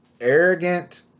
arrogant